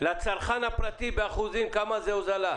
לצרכן הפרטי, באחוזים, מה ההוזלה?